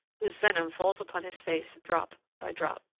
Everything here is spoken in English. whose venom falls upon his face drop by drop.